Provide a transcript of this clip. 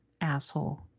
asshole